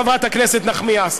חברת הכנסת נחמיאס,